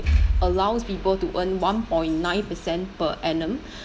allows people to earn one point nine percent per annum